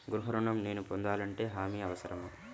గృహ ఋణం నేను పొందాలంటే హామీ అవసరమా?